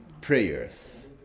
prayers